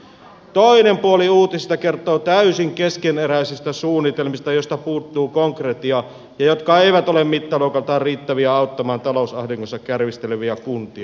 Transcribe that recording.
toinen puoli uutisista kertoo täysin keskeneräisistä suunnitelmista joista puuttuu konkretia ja jotka eivät ole mittaluokaltaan riittäviä auttamaan talousahdingossa kärvisteleviä kuntia